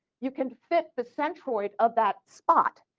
you can fit the centroid of that spot.